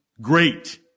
great